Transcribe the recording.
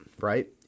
Right